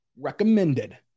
recommended